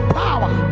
power